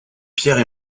pierre